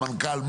למנכ"ל?